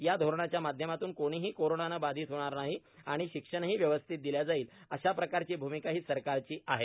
या धोरणाच्या माध्यमातून कोणीही कोरोनाने बाधित होणार नाही आणि शिक्षणही व्यवस्थित दिल्या जाईल अशा प्रकारची भूमिका ही सरकार ची आहे